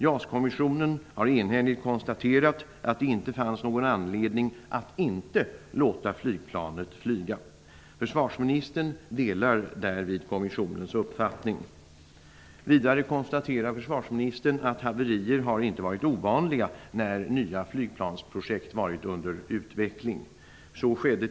JAS-kommissionen har enhälligt konstaterat att det inte fanns någon anledning att inte låta flygplanet flyga. Försvarsministern delar därvid kommissionens uppfattning. Vidare konstaterar försvarsministern att haverier inte varit ovanliga när nya flygplansprojekt varit under utveckling.